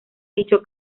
dicho